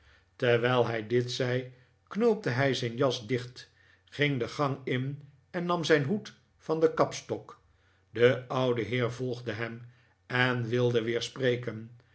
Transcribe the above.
terwijl hij dit zei knoopte hij zijn jas dicht ging de gang in en nam zijn hoed van den kapstok de oude heer volgde hem en wilde weer spreken